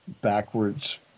backwards